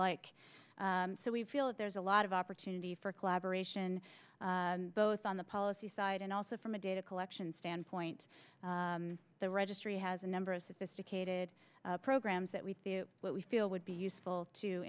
like so we feel that there's a lot of opportunity for collaboration both on the policy side and also from a data collection standpoint the registry has a number of sophisticated programs that we what we feel would be useful to